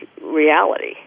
reality